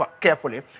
carefully